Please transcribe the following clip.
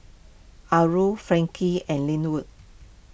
Azul Frankie and Lynwood